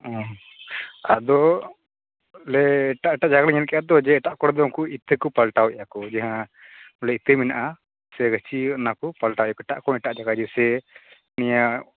ᱦᱩᱢ ᱟᱫᱚ ᱞᱮ ᱮᱴᱟᱜ ᱮᱴᱟᱜ ᱡᱟᱭᱜᱟ ᱞᱮ ᱧᱮᱞ ᱠᱮᱫᱟ ᱛᱚ ᱡᱮ ᱮᱴᱟᱜ ᱠᱚᱨᱮᱫᱚ ᱤᱛᱟᱹ ᱠᱚ ᱯᱟᱞᱴᱟᱣ ᱟᱠᱚ ᱡᱟᱦᱟᱸ ᱱᱚᱸᱰᱮ ᱤᱛᱟᱹ ᱢᱮᱱᱟᱜᱼᱟ ᱥᱮ ᱜᱟᱹᱪᱷᱤᱭᱚ ᱚᱱᱟᱠᱚ ᱯᱟᱞᱴᱟᱣ ᱟᱠᱚ ᱮᱴᱟᱜ ᱠᱚ ᱮᱴᱟᱜ ᱡᱟᱭᱜᱟ ᱥᱮ ᱧᱮᱭᱟ